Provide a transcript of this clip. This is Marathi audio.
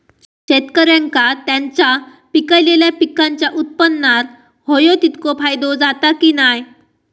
शेतकऱ्यांका त्यांचा पिकयलेल्या पीकांच्या उत्पन्नार होयो तितको फायदो जाता काय की नाय?